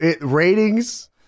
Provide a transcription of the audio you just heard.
Ratings